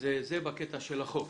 אז זה בקטע של החוק.